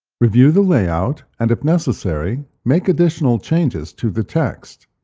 review the layout and, if necessary, make additional changes to the text.